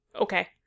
Okay